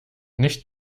nicht